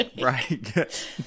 Right